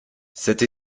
cette